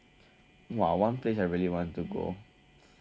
!wah! one place I really want to go